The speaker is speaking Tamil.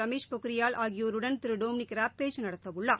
ரமேஷ் பொக்ரியால் ஆகியோருடனும் திரு டொமினிக் ராப் பேச்சு நடத்தவுள்ளார்